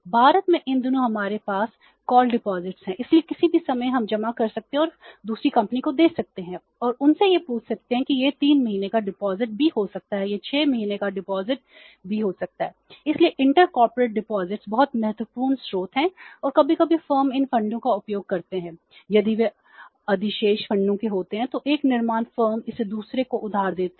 भारत में इन दिनों हमारे पास कॉल डिपॉजिटबहुत महत्वपूर्ण स्रोत हैं और कभी कभी फर्म इन फंडों का उपयोग करते हैं यदि वे अधिशेष फंडों के होते हैं तो एक निर्माण फर्म इसे दूसरे को उधार देती है